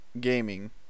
gaming